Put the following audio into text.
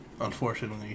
unfortunately